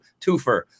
twofer